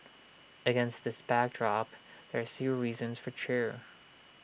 against this backdrop there are still reasons for cheer